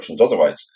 otherwise